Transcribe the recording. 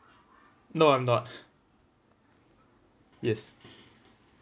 no I'm not yes